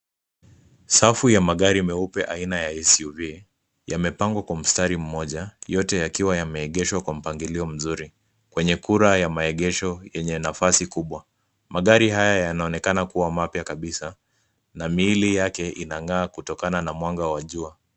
Safu ya magari meupe aina ya SUV yamepangwa kwa mstari mmoja yote yakiwa yameegeshwa kwa mpaangilio mzuri kwenye kura ya maegesho yenye nafasi kubwa. Magari haya yanaonekana kuwa mapya kabisa na miili yake inang'aa kutokana na mwanga wa jua.